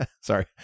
sorry